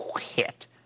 hit